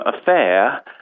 affair